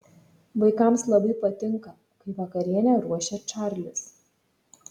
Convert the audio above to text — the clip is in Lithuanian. vaikams labai patinka kai vakarienę ruošia čarlis